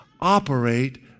operate